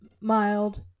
mild